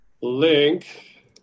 Link